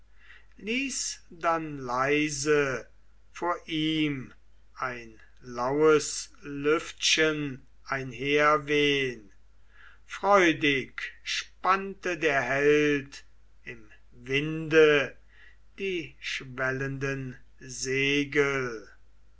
ließ dann leise vor ihm ein laues lüftchen einherwehn freudig spannte der held im winde die schwellenden segel